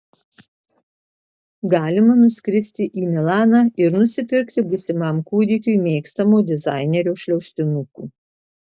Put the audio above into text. galima nuskristi į milaną ir nusipirkti būsimam kūdikiui mėgstamo dizainerio šliaužtinukų